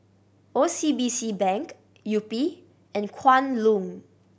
O C B C Bank Yupi and Kwan Loong